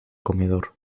comedor